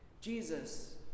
Jesus